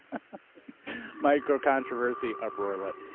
ah micro-controversy, uproarlet.